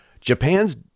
Japan's